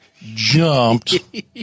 Jumped